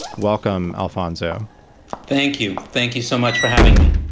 welcome, alfonso thank you. thank you so much for having me